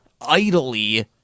idly